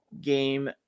game